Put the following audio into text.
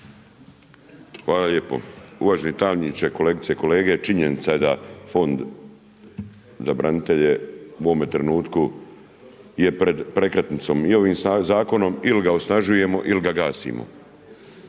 Hvala lijepo. Uvaženi tajniče, kolegice i kolege, činjenica je da Fond za branitelje u ovome trenutku je pred prekretnicom. I ovim zakonom ili ga osnažujemo ili ga gasimo.